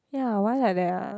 ya why like that ah